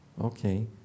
Okay